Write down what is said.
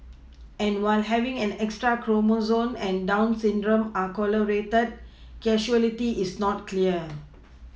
and while having an extra chromosome and down syndrome are correlated causality is not clear